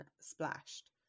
splashed